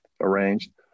arranged